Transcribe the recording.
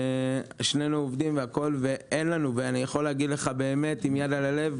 אני יכול להגיד לך עם יד על הלב,